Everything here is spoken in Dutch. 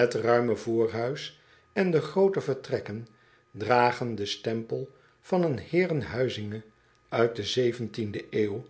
et ruime voorhuis en de groote vertrekken dragen den stempel van een heerenhuizinge uit de de eeuw